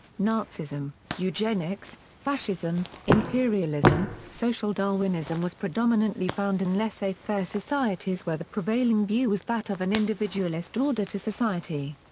nazism, eugenics, fascism, imperialism social darwinism was predominantly found in laissez-faire societies where the prevailing view was that of an individualist order to society.